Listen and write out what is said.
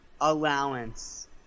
allowance